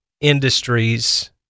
industries